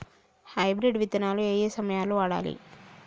Hybrid విత్తనాలు ఏయే సమయాల్లో వాడాలి?